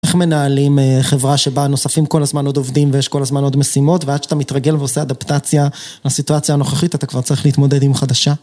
איך מנהלים חברה שבה נוספים כל הזמן עוד עובדים ויש כל הזמן עוד משימות ועד שאתה מתרגל ועושה אדפטציה לסיטואציה הנוכחית אתה כבר צריך להתמודד עם חדשה